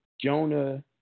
Jonah